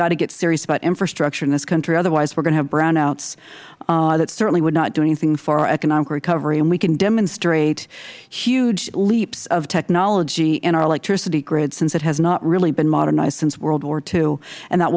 got to get serious about infrastructure in this country otherwise we are going to have brownouts that certainly would not do anything for our economic recovery and we can demonstrate huge leaps of technology in our electricity grid since it has not really been modernized since world war ii and that